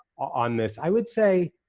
on this. i would say,